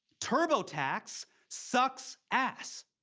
turbotax sucks ass.